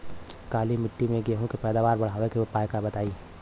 काली मिट्टी में गेहूँ के पैदावार बढ़ावे के उपाय बताई?